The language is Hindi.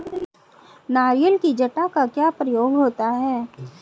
नारियल की जटा का क्या प्रयोग होता है?